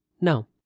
No